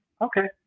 okay